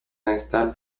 instable